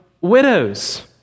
widows